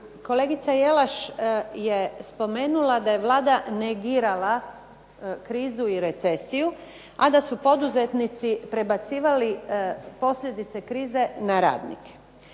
Kolegica Jelaš je spomenula da je Vlada negirala krizu i recesiju, a da su poduzetnici prebacivali posljedice krize na radnike.